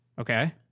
Okay